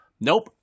nope